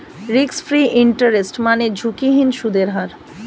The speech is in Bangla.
রিস্ক ফ্রি ইন্টারেস্ট মানে ঝুঁকিহীন সুদের হার